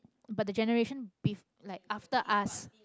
but the generation bef~ like after us